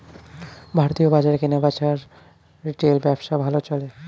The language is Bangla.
ভারতীয় বাজারে কেনাবেচার রিটেল ব্যবসা ভালো চলে